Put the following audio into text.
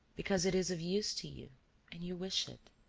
because it is of use to you and you wish it.